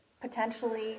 potentially